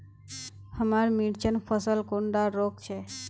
हमार मिर्चन फसल कुंडा रोग छै?